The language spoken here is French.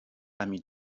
ami